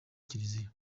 kiliziya